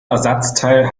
ersatzteil